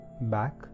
Back